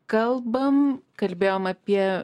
kalbam kalbėjom apie